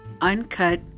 Uncut